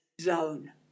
zone